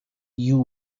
you